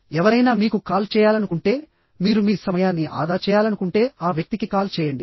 ఎవరైనా మీకు కాల్ చేయాలనుకుంటే మీరు మీ సమయాన్ని ఆదా చేయాలనుకుంటే ఆ వ్యక్తికి కాల్ చేయండి